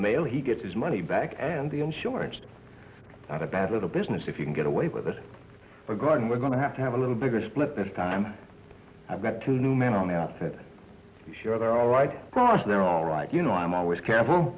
mail he gets his money back and the insurance not a bad little business if you can get away with this god we're going to have to have a little bigger split this time i've got two new men on the outside sure they're all right ross they're all right you know i'm always careful